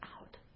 out